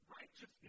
righteousness